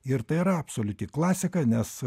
ir tai yra absoliuti klasika nes